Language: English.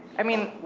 i mean,